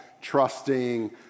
trusting